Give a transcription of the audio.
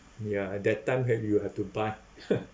ya that time that you have to buy